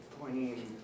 pointing